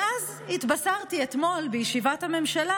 ואז התבשרתי אתמול בישיבת הממשלה